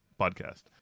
podcast